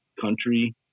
country